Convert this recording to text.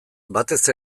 batez